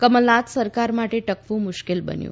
કમલનાથ સરકાર માટે ટકવુ મુશ્કેલ બન્યું